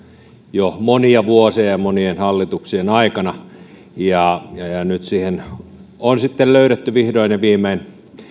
jo monia vuosia ja monien hallituksien aikana ja nyt siihen on sitten löydetty vihdoin ja viimein